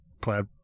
plaid